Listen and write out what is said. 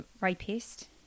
rapist